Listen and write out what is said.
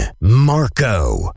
Marco